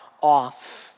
off